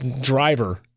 driver